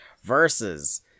versus